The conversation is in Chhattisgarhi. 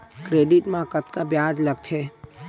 क्रेडिट मा कतका ब्याज लगथे?